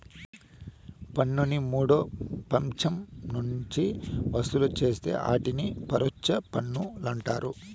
పన్నుని మూడో పచ్చం నుంచి వసూలు చేస్తే ఆటిని పరోచ్ఛ పన్నులంటారు